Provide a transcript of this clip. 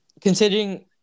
considering